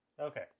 Okay